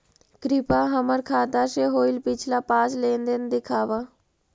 कृपा हमर खाता से होईल पिछला पाँच लेनदेन दिखाव